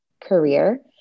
career